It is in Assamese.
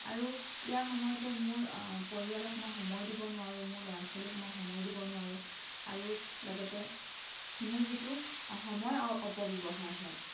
আৰু ইয়াৰ সময়তে মোৰ পৰিয়ালক মই সময় দিব নোৱাৰোঁ মোৰ ল'ৰা ছোৱালীক মই সময় দিব নোৱাৰোঁ আৰু লগতে মোৰ যিটো সময় অপব্যৱহাৰ হয়